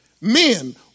Men